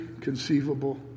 conceivable